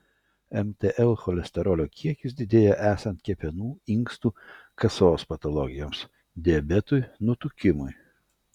mtl cholesterolio kiekis didėja esant kepenų inkstų kasos patologijoms diabetui nutukimui